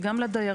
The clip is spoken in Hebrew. כי גם לדיירים,